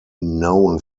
known